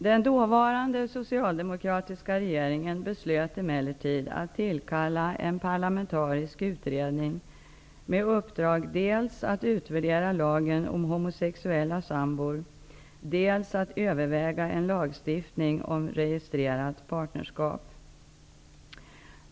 Den dåvarande socialdemokratiska regeringen beslöt emellertid att tillkalla en parlamentarisk utredning med uppdrag dels att utvärdera lagen om homosexuella sambor, dels att överväga en lagstiftning om registrerat partnerskap.